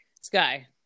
Sky